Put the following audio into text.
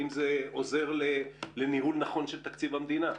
האם זה עוזר לניהול נכון של תקציב המדינה.